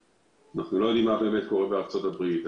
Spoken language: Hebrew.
אנחנו לא יודעים מה באמת קורה בארצות הברית,